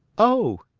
oh,